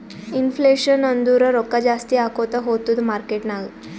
inflation ಅಂದುರ್ ರೊಕ್ಕಾ ಜಾಸ್ತಿ ಆಕೋತಾ ಹೊತ್ತುದ್ ಮಾರ್ಕೆಟ್ ನಾಗ್